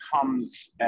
comes